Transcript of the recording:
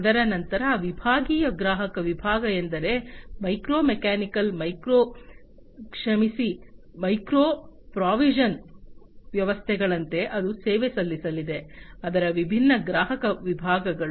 ಅದರ ನಂತರ ವಿಭಾಗೀಯ ಗ್ರಾಹಕ ವಿಭಾಗ ಅಂದರೆ ಮೈಕ್ರೊ ಮೆಕ್ಯಾನಿಕಲ್ ಮೈಕ್ರೊ ಕ್ಷಮಿಸಿ ಮೈಕ್ರೋ ಪ್ರೆಚಿಷನ್ ವ್ಯವಸ್ಥೆಗಳಂತೆ ಅದು ಸೇವೆ ಸಲ್ಲಿಸಲಿದೆ ಅದರ ವಿಭಿನ್ನ ಗ್ರಾಹಕ ವಿಭಾಗಗಳು